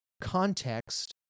Context